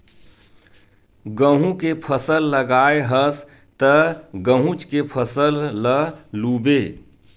गहूँ के फसल लगाए हस त गहूँच के फसल ल लूबे